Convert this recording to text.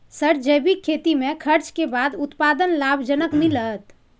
Sir जैविक खेती में खर्च के बाद उत्पादन लाभ जनक मिलत?